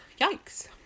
Yikes